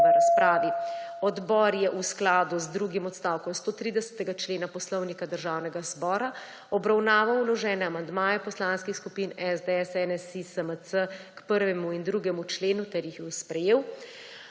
v razpravi. Odbor je v skladu z drugim odstavkom 130. člena Poslovnika Državnega zbora obravnaval vložene amandmaje poslanskih skupin SDS, NSi, SMC k 1. in 2. členu ter jih sprejel.